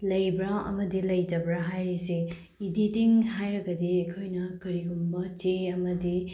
ꯂꯩꯕ꯭ꯔꯥ ꯑꯃꯗꯤ ꯂꯩꯇꯕ꯭ꯔꯥ ꯍꯥꯏꯔꯤꯁꯦ ꯏꯗꯤꯇꯤꯡ ꯍꯥꯏꯔꯒꯗꯤ ꯑꯩꯈꯣꯏꯅ ꯀꯔꯤꯒꯨꯝꯕ ꯆꯦ ꯑꯃꯗꯤ